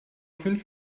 fünf